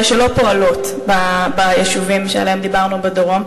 אלה שלא פועלות ביישובים שעליהם דיברנו בדרום.